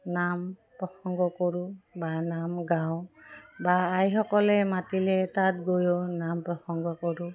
নাম প্ৰসংগ কৰোঁ বা নাম গাওঁ বা আইসকলে মাতিলে তাত গৈও নাম প্ৰসংগ কৰোঁ